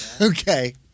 Okay